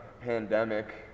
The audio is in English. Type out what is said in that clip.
pandemic